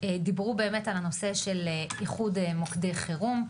דיברו באמת על הנושא של איחוד מוקדי חירום,